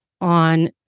on